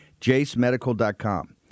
JaceMedical.com